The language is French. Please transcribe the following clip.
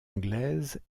anglaises